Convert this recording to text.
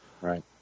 right